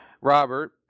Robert